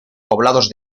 poblados